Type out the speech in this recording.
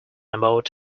about